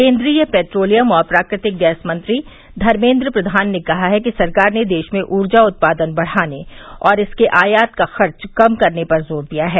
केन्द्रीय पेट्रोलियम और प्राकृतिक गैस मंत्री धर्मेन्द्र प्रधान ने कहा है कि सरकार ने देश में ऊर्जा उत्पादन बढ़ाने और इसके आयात का खर्च कम करने पर जोर दिया है